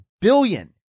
billion